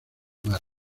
mar